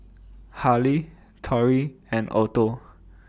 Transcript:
Harley Tory and Otho